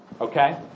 Okay